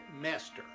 master